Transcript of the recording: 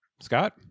Scott